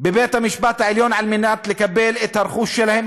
בבית-המשפט העליון על מנת לקבל את הרכוש שלהם,